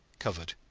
covered.